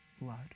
blood